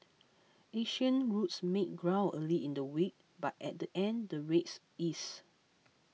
Asian routes made ground early in the week but at the end the rates eased